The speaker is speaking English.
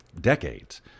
decades